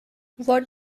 what